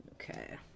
Okay